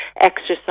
exercise